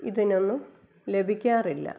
ഇതിനൊന്നും ലഭിക്കാറില്ല